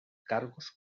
cargos